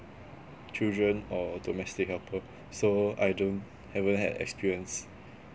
children or domestic helper so I don't haven't had experience